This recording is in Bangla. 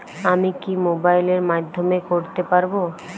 আমি কি মোবাইলের মাধ্যমে করতে পারব?